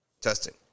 testing